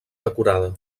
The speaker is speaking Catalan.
decorada